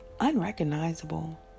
unrecognizable